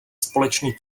společný